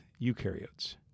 eukaryotes